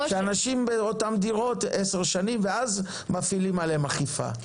שאנשים באותן דירות 10 שנים ואז מפעילים עליהם אכיפה,